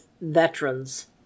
veterans